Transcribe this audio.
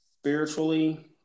Spiritually